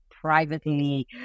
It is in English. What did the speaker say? privately